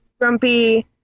grumpy